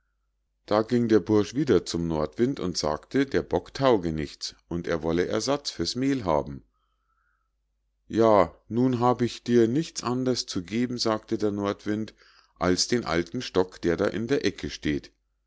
da ging der bursch wieder zum nordwind und sagte der bock tauge nichts und er wolle ersatz für's mehl haben ja nun hab ich dir nichts anders zu geben sagte der nordwind als den alten stock der da in der ecke steht